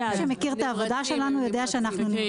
מי שמכיר את העבודה שלנו יודע שאנחנו נמרצים.